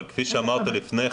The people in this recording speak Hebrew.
אבל כפי שאמרת לפני כן,